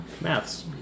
Maths